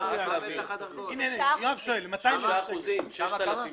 3%. 6,000 שקלים.